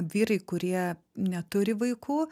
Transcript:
vyrai kurie neturi vaikų